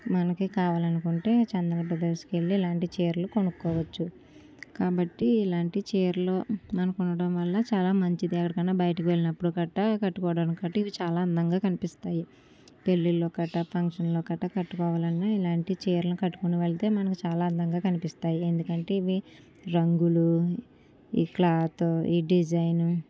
మనకు కావాలి అనుకుంటే చందాన బ్రదర్స్కి వెళ్ళి ఇలాంటి చీరలు కొనుకోవచ్చు కాబట్టి ఇలాంటి చీరలు మనకు ఉండడం వల్ల చాలా మంచిది ఎక్కడికి అయిన బయటికి వెళ్ళినప్పుడు గట్ట కట్టుకోవడానికి ఇవి చాలా అందంగా కనిపిస్తాయి పెళ్ళిలో గట్ట ఫంక్షన్లో గట్ట కట్టుకోవాలన్న ఇలాంటి చీరలు కట్టుకొని వెళితే మనకు చాలా అందంగా కనిపిస్తాయి ఎందుకంటే రంగులు ఈ క్లాత్ ఈ డిజైన్